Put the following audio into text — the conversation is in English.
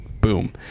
boom